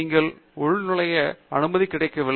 நீங்கள் உள்நுழைய அனுமதி கிடைக்கவில்லை